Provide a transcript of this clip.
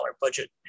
budget